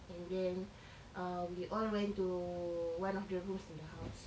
and then uh we all went to one of the rooms in this house